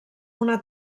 una